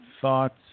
thoughts